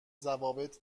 ضوابط